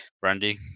brandy